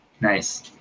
Nice